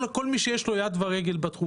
כל מי שיש לו יד ורגל בתחום.